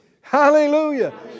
Hallelujah